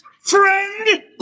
Friend